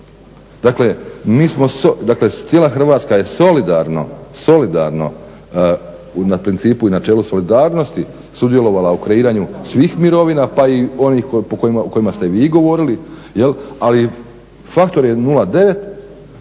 dakle, cijela Hrvatska je solidarno na principu i načelu solidarnosti sudjelovala u kreiranju svih mirovina pa i onih u kojima ste i vi govorili ali faktor je 0,9